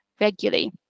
regularly